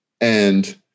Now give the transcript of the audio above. and